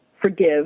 forgive